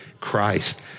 Christ